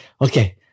okay